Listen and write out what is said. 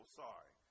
sorry